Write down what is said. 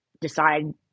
decide